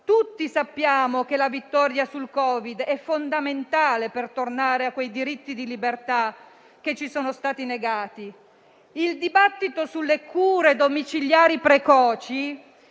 tutti sappiamo che la vittoria su di esso è fondamentale per tornare ai diritti di libertà che ci sono stati negati. Il dibattito sulle cure domiciliari precoci